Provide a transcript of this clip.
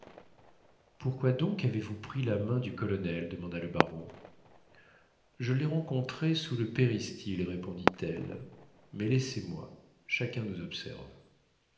pourquoi donc avez-vous pris la main du colonel demanda le baron je l'ai rencontré sous le péristyle répondit-elle mais laissez-moi chacun nous observe